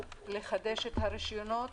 לחדש את הרישיונות